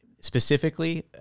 specifically